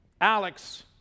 Alex